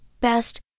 best